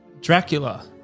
Dracula